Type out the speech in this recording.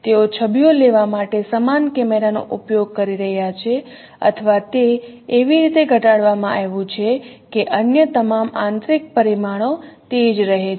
તેઓ છબીઓ લેવા માટે સમાન કેમેરાનો ઉપયોગ કરી રહ્યાં છે અથવા તે એવી રીતે ઘડવામાં આવ્યું છે કે અન્ય તમામ આંતરિક પરિમાણો તે જ રહે છે